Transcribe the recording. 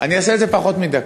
אני אעשה את זה פחות מדקה.